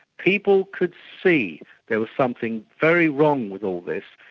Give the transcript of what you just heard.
people could see there was something very wrong with all this,